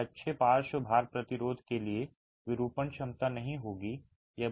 यह अच्छे पार्श्व भार प्रतिरोध के लिए विरूपण क्षमता नहीं होगी